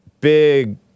big